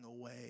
away